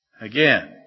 Again